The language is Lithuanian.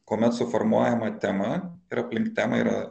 kuomet suformuojama tema ir aplink temą yra